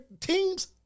teams